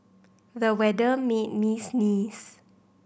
the weather made me sneeze